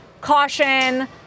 caution